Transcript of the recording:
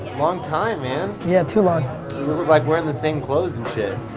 long time, man. yeah, too long. we're we're like wearing the same clothes and shit.